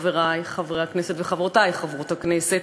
חברי חברי הכנסת וחברותי חברות הכנסת,